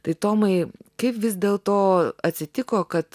tai tomai kaip vis dėlto atsitiko kad